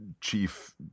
chief